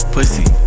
Pussy